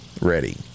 ready